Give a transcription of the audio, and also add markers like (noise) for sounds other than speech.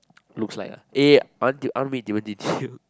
looks like ah eh I want to I want meet Timothy too (breath)